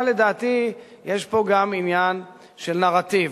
אבל לדעתי, יש פה גם עניין של נרטיב.